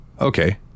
okay